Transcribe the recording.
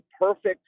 perfect